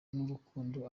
n’urukundo